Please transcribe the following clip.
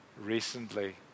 recently